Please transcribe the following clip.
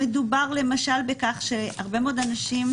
מדובר למשל בכך שהרבה מאוד אנשים,